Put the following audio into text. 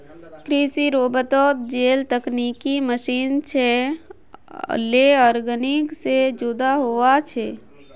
कृषि रोबोतोत जेल तकनिकी मशीन छे लेअर्निंग से जुदा हुआ छे